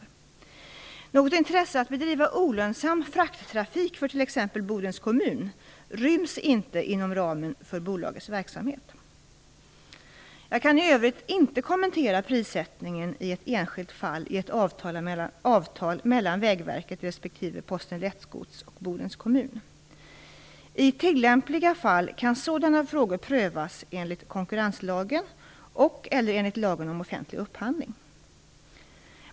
Något intresse att bedriva olönsam frakttrafik, för t.ex. Bodens kommun, ryms inte inom ramen för bolagets verksamhet. Jag kan i övrigt inte kommentera prissättningen i ett enskilt fall i ett avtal mellan Vägverket respektive Posten Lättgods och Bodens kommun. I tillämpliga fall kan sådana frågor prövas enligt konkurrenslagen och/eller enligt lagen om offentlig upphandling.